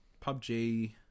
PUBG